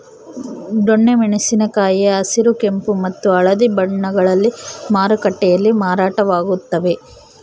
ದೊಣ್ಣೆ ಮೆಣಸಿನ ಕಾಯಿ ಹಸಿರು ಕೆಂಪು ಮತ್ತು ಹಳದಿ ಬಣ್ಣಗಳಲ್ಲಿ ಮಾರುಕಟ್ಟೆಯಲ್ಲಿ ಮಾರಾಟವಾಗುತ್ತವೆ